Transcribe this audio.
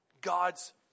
God's